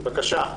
בבקשה.